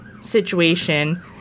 situation